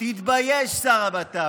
תתבייש, שר הבט"פ.